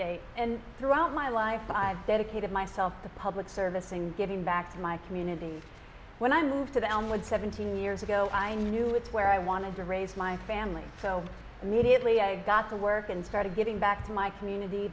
day and throughout my life i've dedicated myself to public service and giving back to my community when i moved to the elmwood seventeen years ago i knew it's where i wanted to raise my family so immediately i got to work and started giving back to my community